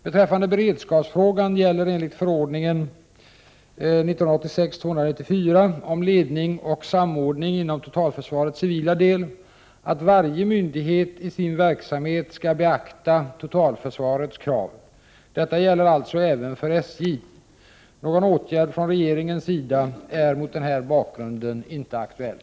Beträffande beredskapsfrågan gäller enligt förordningen om ledning och samordning inom totalförsvarets civila del att varje myndighet i sin verksamhet skall beakta totalförsvarets krav. Detta gäller alltså även för SJ. Någon åtgärd från regeringens sida är mot denna bakgrund inte aktuell.